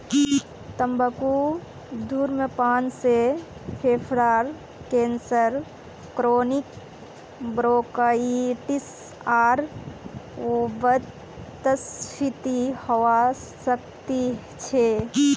तंबाकू धूम्रपान से फेफड़ार कैंसर क्रोनिक ब्रोंकाइटिस आर वातस्फीति हवा सकती छे